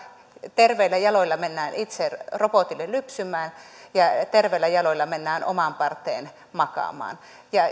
terveillä jaloilla mennään itse robotille lypsämään ja terveillä jaloilla mennään omaan parteen makaamaan